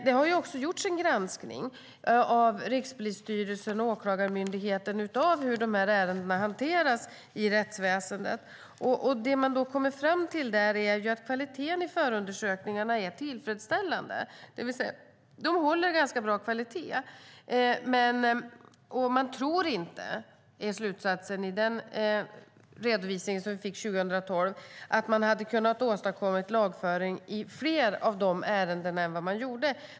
Det har också gjorts en granskning av Rikspolisstyrelsen och Åklagarmyndigheten när det gäller hur de här ärendena hanteras i rättsväsendet. Vad man har kommit fram till är att kvaliteten i förundersökningarna är tillfredsställande. Det vill säga att de håller ganska bra kvalitet, och slutsatsen i redovisningen, som vi fick 2012, är att man inte tror att vi skulle ha kunnat åstadkomma lagföring i fler ärenden än vad som blev fallet.